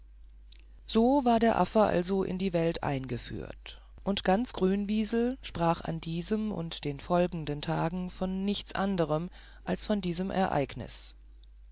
so war der neffe also in die welt eingeführt und ganz grünwiesel sprach an diesem und den folgenden tagen von nichts anderem als von diesem ereignis